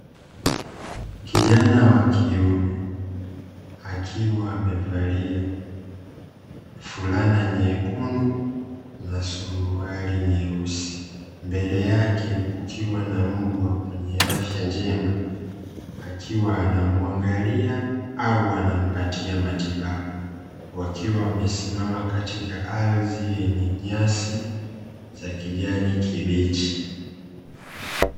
Kijana wa kiume akiwa amevalia fulana nyekundu na suruali nyeusi, mbele yake kukiwa na mbwa mwenye afya njema akiwa anamuangalia au anampatia matibabu wakiwa wamesimama katika ardhi yenye nyasi za kijani kibichi.